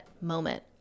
moment